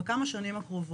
בכמה שנים הקרובות.